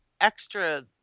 extra